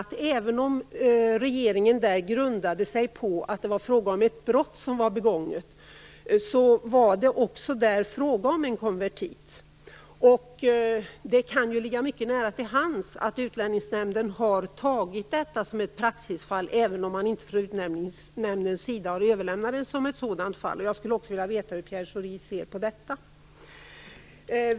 Även om regeringen grundade sin bedömning på att ett brott var begånget, var det också där fråga om en konvertit. Det kan ligga mycket nära till hands att Utlänningsnämnden har använt detta som ett praxisfall, även om Utlänningsnämnden inte har överlämnat det som ett sådant fall. Jag skulle vilja veta hur Pierre Schori ser också på detta.